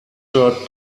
third